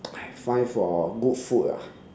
find for good food ah